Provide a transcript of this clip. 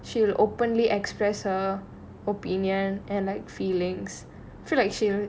she will openly express her opinion and like feelings feel like she